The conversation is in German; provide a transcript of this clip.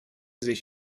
sich